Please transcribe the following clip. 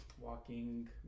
walking